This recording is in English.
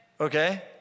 okay